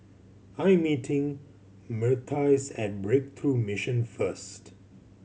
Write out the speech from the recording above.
I am meeting Myrtice at Breakthrough Mission first